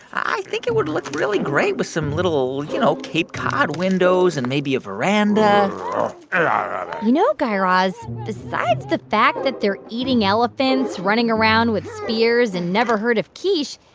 i think it would look really great with some little, you know, cape cod windows and maybe a veranda um you know, guy raz, besides the fact that they're eating elephants, running around with spears and never heard of quiche,